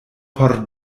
por